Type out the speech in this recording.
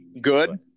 good